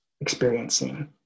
experiencing